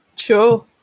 Sure